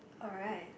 alright